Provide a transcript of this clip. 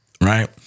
right